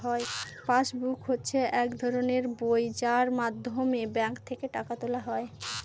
pass book হচ্ছে এক ধরনের বই যার মাধ্যমে ব্যাঙ্ক থেকে টাকা তোলা হয়